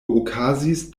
okazis